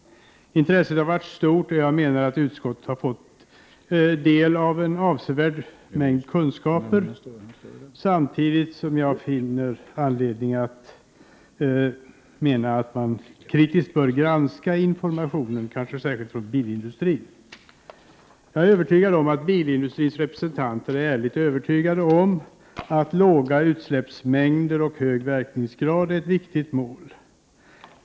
Intresset har varit stort, och jag menar att utskottet har fått del av en avsevärd mängd kunskaper, samtidigt som jag finner anledning att mena att man kritiskt bör granska kanske särskilt informationen från bilindustrin. Jag är övertygad om att bilindustrins representanter är ärligt övertygade om att låga tal i fråga om utsläppsmängder och hög verkningsgrad är ett viktigt mål.